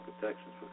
protections